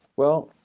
well,